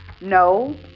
no